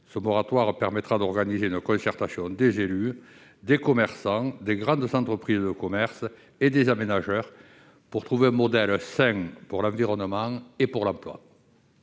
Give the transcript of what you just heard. ce qui permettra d'organiser une concertation entre élus, commerçants, grandes entreprises de e-commerce et aménageurs pour parvenir à un modèle sain pour l'environnement et pour l'emploi.